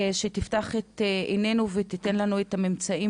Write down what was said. שתפתח את עינינו ותיתן לנו את הממצאים